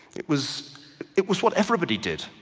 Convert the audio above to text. it was it was what everybody did.